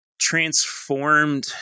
transformed